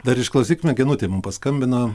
dar išklausykime genutė mum paskambino